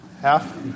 Half